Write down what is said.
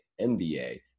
NBA